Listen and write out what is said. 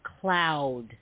cloud